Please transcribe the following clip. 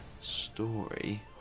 story